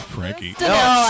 Frankie